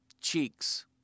cheeks